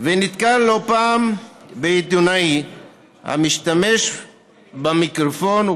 ונתקל לא פעם בעיתונאי המשתמש במיקרופון,